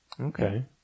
Okay